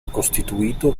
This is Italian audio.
costituito